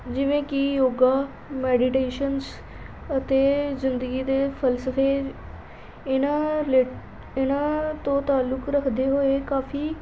ਜਿਵੇਂ ਕਿ ਯੋਗਾ ਮੈਡੀਟੇਸ਼ਨਸ ਅਤੇ ਜ਼ਿੰਦਗੀ ਦੇ ਫਲਸਫ਼ੇ ਇਨ੍ਹਾਂ ਰਿ ਇਨ੍ਹਾਂ ਤੋਂ ਤਾਲੁਕ ਰੱਖਦੇ ਹੋਏ ਕਾਫ਼ੀ